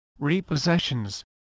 repossessions